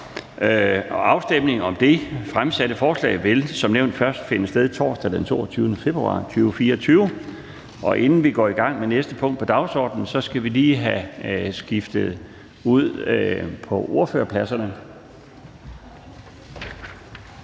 Afstemningen om de fremsatte forslag til vedtagelse vil som nævnt først finde sted torsdag den 22. februar 2024. Inden vi går i gang med næste punkt på dagsordenen, skal vi lige have skiftet pladser.